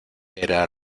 era